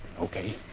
Okay